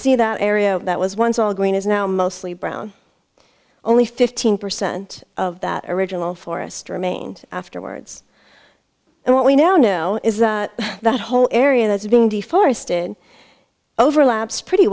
see that area that was once all green is now mostly brown only fifteen percent of that original forest remained afterwards and what we now know is that the whole area that's been deforested overlaps pretty